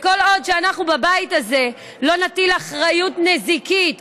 וכל עוד אנחנו בבית הזה לא נטיל אחריות נזיקית,